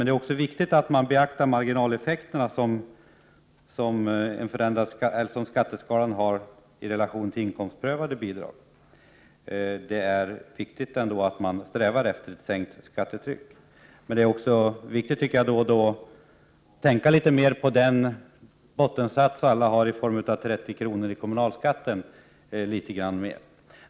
Det är också viktigt att man beaktar de marginaleffekter som skatteskalan har i relation till inkomstprövade bidrag. Det är viktigt att sträva efter ett sänkt skattetryck, men man bör också då och då tänka på den bottensats alla har i form av 30 kr. i kommunalskatt.